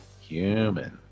human